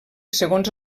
segons